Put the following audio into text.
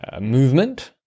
movement